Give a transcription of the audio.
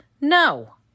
No